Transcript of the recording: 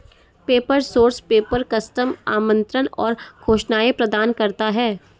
paper source paper, custom आमंत्रण और घोषणाएं प्रदान करता है